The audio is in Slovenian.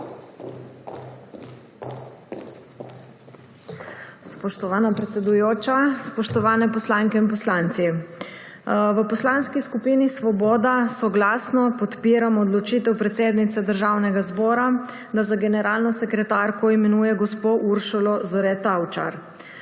Spoštovana predsedujoča, spoštovane poslanke in poslanci! V Poslanski skupini Svoboda soglasno podpiramo odločitev predsednice Državnega zbora, da za generalno sekretarko imenuje gospo Uršulo Zore Tavčar.